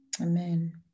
Amen